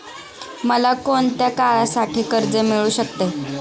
मला कोणत्या काळासाठी कर्ज मिळू शकते?